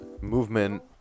movement